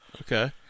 Okay